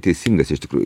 teisingas iš tikrųjų